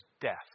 death